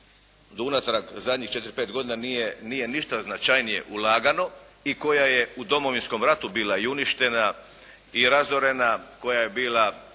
do unatrag zadnjih 4, 5 godina nije ništa značajnije ulagano i koja je u Domovinskom ratu bila i uništena i razorena, koja je bila